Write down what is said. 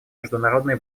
международной